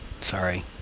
sorry